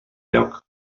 lloc